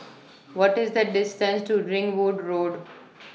What IS The distance to Ringwood Road